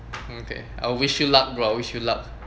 okay I wish you luck bro I wish you luck